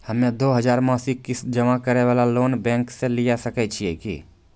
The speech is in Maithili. हम्मय दो हजार मासिक किस्त जमा करे वाला लोन बैंक से लिये सकय छियै की?